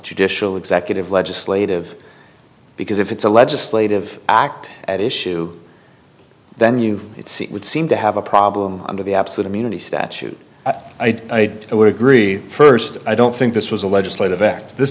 judicial executive legislative because if it's a legislative act at issue then you would seem to have a problem under the absolute immunity statute and i would agree first i don't think this was a legislative act this